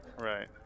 Right